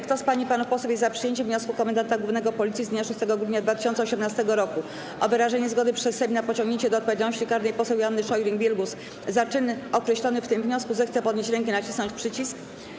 Kto z pań i panów posłów jest za przyjęciem wniosku komendanta głównego Policji z dnia 6 grudnia 2018 r. o wyrażenie zgody przez Sejm na pociągnięcie do odpowiedzialności karnej poseł Joanny Scheuring-Wielgus za czyn określony w tym wniosku, zechce podnieść rękę i nacisnąć przycisk.